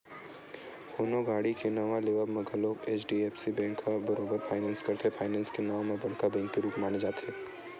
कोनो गाड़ी के नवा लेवब म घलोक एच.डी.एफ.सी बेंक ह बरोबर फायनेंस करथे, फायनेंस के नांव म बड़का बेंक के रुप माने जाथे